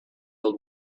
old